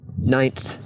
Ninth